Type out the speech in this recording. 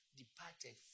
departed